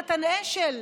נתן אשל,